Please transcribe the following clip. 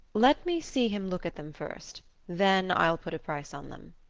let me see him look at them first then i'll put a price on them,